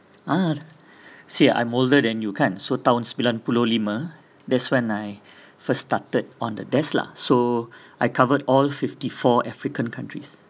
ah see I'm older than you kan so tahun sembilan puluh lima that's when I first started on the desk lah so I covered all fifty-four african countries